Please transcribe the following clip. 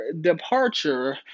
departure